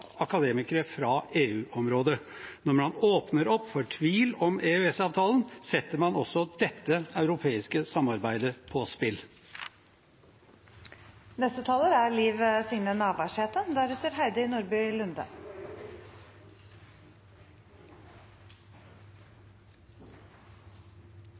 akademikere fra EU-området. Når man åpner opp for tvil om EØS-avtalen, setter man også dette europeiske samarbeidet på